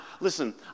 listen